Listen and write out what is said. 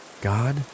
God